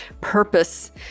purpose